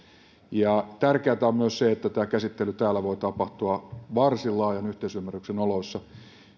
ja tärkeätä on myös se että tämä käsittely täällä voi tapahtua varsin laajan yhteisymmärryksen oloissa